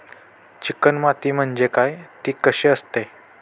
Chicken माती म्हणजे काय? ति कशी असते?